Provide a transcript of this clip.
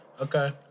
Okay